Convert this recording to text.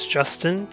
Justin